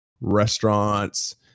restaurants